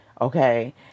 Okay